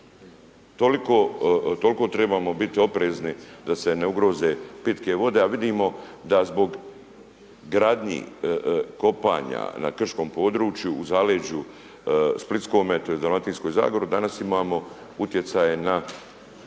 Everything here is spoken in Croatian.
toliko trebamo biti oprezni da se ne ugroze pitke vode a vidimo da zbog gradnji, kopanja na krškom području, u zaleđu Splitskome, tj. Dalmatinskoj zagori danas imamo utjecaj na